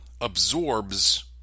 absorbs